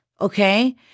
okay